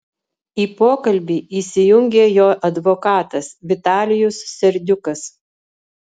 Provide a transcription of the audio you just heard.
į pokalbį įsijungė jo advokatas vitalijus serdiukas